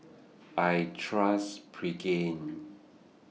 I Trust Pregain